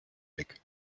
weg